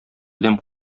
адәм